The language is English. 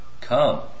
come